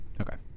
Okay